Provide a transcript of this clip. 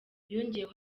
yongeyeho